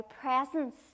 presence